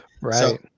right